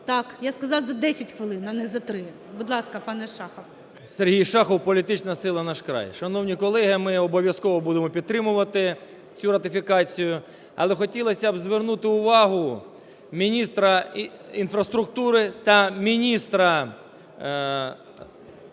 Так, я сказала, за 10 хвилин, а не за 3. Будь ласка, панеШахов. 11:17:49 ШАХОВ С.В. СергійШахов, політична сила "Наш край". Шановні колеги! Ми обов'язково будемо підтримувати цю ратифікацію. Але хотілося б звернути увагу міністра інфраструктури, міністра